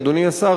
אדוני השר,